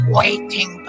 waiting